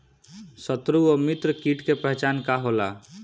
सत्रु व मित्र कीट के पहचान का होला?